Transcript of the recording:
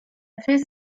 fait